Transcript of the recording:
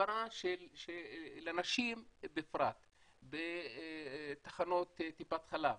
הסברה לנשים בפרט בתחנות טיפת חלב,